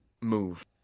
move